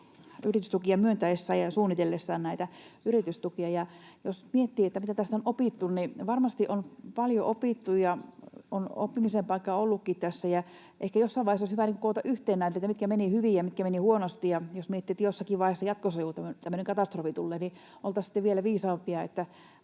yritystukia myöntäessään ja suunnitellessaan näitä yritystukia. Jos miettii, mitä tästä on opittu, niin varmasti on paljon opittu ja on oppimisen paikka ollutkin tässä. Ehkä jossain vaiheessa olisi hyvä koota näitä yhteen, mitkä menivät hyvin ja mikä menivät huonosti. Ja jos miettii, että jossakin vaiheessa jatkossa joku tämmöinen katastrofi tulee, niin oltaisiin sitten vielä viisaampia.